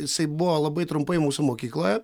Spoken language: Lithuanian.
jisai buvo labai trumpai mūsų mokykloje